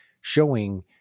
showing